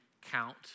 Count